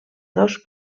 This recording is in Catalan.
dos